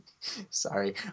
Sorry